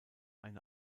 eine